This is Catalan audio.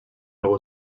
algú